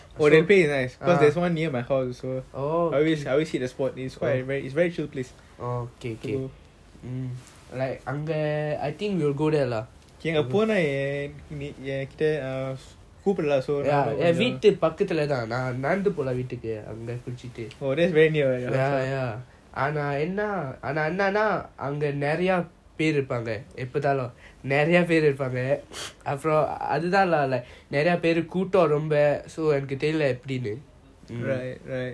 oh that place because there's one near my house also I always I always hit the spot is quiet right it's a very chill place so அங்க போன நீ ஏன் கிட்ட கூப்புடுல நானும்:anga pona nee yean kita koopudula naanum oh that's very near right right